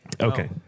Okay